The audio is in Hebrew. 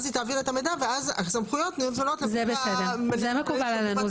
היא תעביר את המידע ואז הסמכויות יהיו נתונות ל --- זה מקובל עלינו,